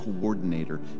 coordinator